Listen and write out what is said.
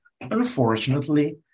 unfortunately